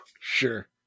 sure